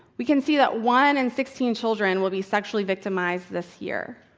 we can see that one in sixteen children will be sexually victimized this year.